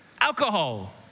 Alcohol